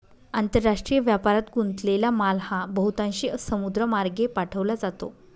आंतरराष्ट्रीय व्यापारात गुंतलेला माल हा बहुतांशी समुद्रमार्गे पाठवला जातो